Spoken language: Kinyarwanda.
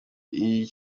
iyi